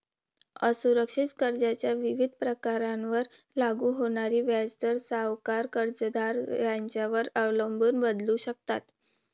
असुरक्षित कर्जाच्या विविध प्रकारांवर लागू होणारे व्याजदर सावकार, कर्जदार यांच्यावर अवलंबून बदलू शकतात